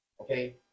okay